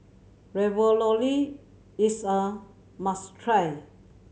ravioli is a must try